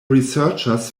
researchers